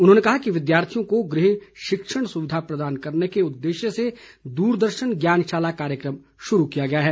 उन्होंने कहा कि विद्यार्थियों को गृह शिक्षण सुविधा प्रदान करने के उद्देश्य से दूरदर्शन ज्ञानशाला कार्यकम शुरू किया गया है